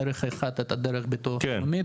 דרך אחת הדרך ביטוח לאומי,